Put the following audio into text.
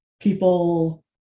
people